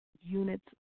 units